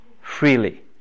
freely